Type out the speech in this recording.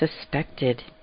suspected